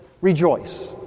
rejoice